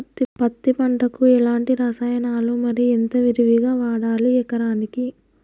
పత్తి పంటకు ఎలాంటి రసాయనాలు మరి ఎంత విరివిగా వాడాలి ఎకరాకి?